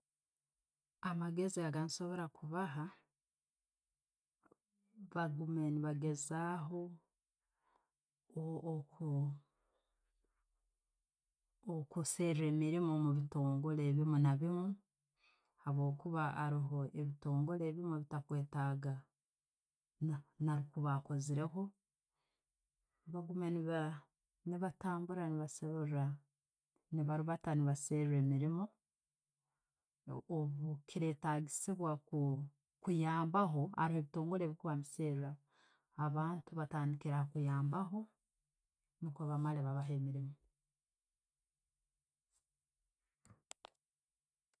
Amagezi agensobora kubaaha, bagumye nebageezaho okuseera emiirimu omubitongore ebiimu na nebiimu habwokuba haroho ebitongole ebiimu bitakwetaaga nakuba yakozereho, nebagumya nebatambula, ne baliibaata ne'baseera emillimu, Obukyeretagissibwa kuyambaho haro ebitongole bikara ne'bessera abantu be bakiira kuyambaho nukwo bamaara babaha emiiriimu.